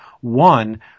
one